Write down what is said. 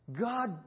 God